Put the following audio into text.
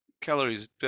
calories